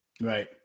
Right